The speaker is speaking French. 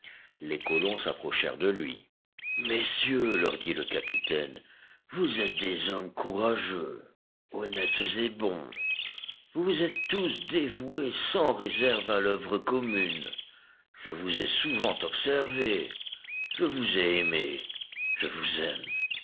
les colons s'approchèrent de lui messieurs leur dit le capitaine vous êtes des hommes courageux honnêtes et bons vous vous êtes tous dévoués sans réserve à l'oeuvre commune je vous ai souvent observés je vous ai aimés je vous aime